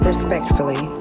respectfully